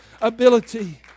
ability